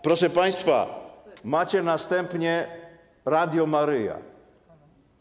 Proszę państwa, macie następnie Radio Maryja.